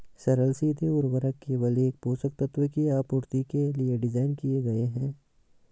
सरल सीधे उर्वरक केवल एक पोषक तत्व की आपूर्ति के लिए डिज़ाइन किए गए है